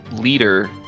leader